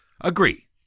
agree